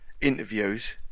interviews